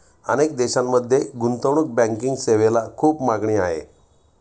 अनेक देशांमध्ये गुंतवणूक बँकिंग सेवेला खूप मागणी आहे